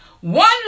One